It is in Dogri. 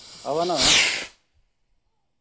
आवा ना में